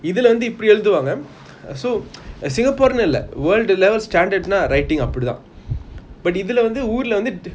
இதுல வந்து இப்டி ஏழுதுவங்க:ithula vanthu ipdi eazhuthuvanga so singapore இல்ல:illa world level standard lah writing ந அப்பிடி தான்:na apidi thaan